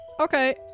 Okay